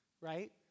Right